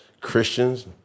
Christians